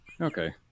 Okay